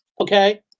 Okay